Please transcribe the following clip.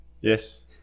yes